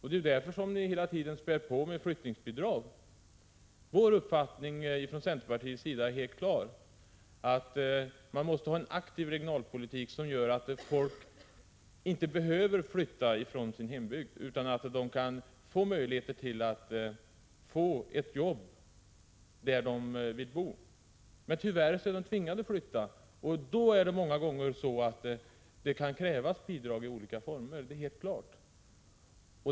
Det är därför ni hela tiden spär på med flyttningsbidrag. Centerns uppfattning är klar: Man måste ha en aktiv regionalpolitik, som gör att folk inte behöver flytta från sin hembygd utan kan få ett jobb där de vill bo. Men tyvärr är en del tvingade att flytta, och då är det många gånger så att det kan krävas bidrag i olika former — det är helt klart.